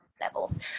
levels